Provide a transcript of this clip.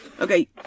Okay